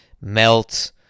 melt